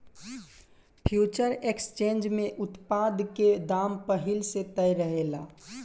future exchange में उत्पाद के दाम पहिल से तय रहेला